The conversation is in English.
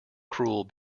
cruel